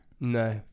no